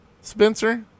Spencer